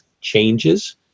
changes